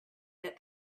that